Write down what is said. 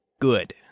good